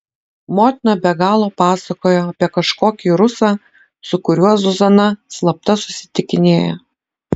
motina be galo pasakojo apie kažkokį rusą su kuriuo zuzana slapta susitikinėja